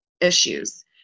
issues